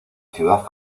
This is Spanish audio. ciudad